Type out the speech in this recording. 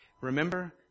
remember